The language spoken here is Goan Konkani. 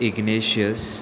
इग्नेशियस